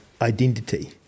identity